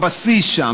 הבסיס שם,